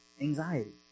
Anxiety